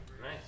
Nice